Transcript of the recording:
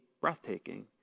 breathtaking